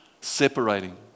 separating